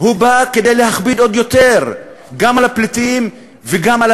הוא בא כדי להכביד עוד יותר גם על הפליטים וגם על